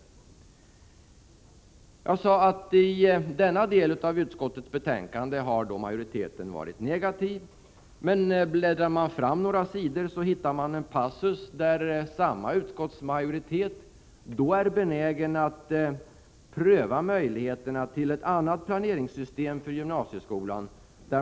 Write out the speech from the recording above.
Som jag nämnde har majoriteten i denna del av utskottets betänkande varit negativ. Men bläddrar man några sidor framåt, hittar man en passus där samma utskottsmajoritet är benägen att pröva möjligheterna till ett annat planeringssystem för gymnasieskolan.